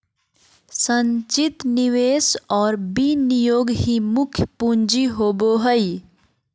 संचित निवेश और विनियोग ही मुख्य पूँजी होबो हइ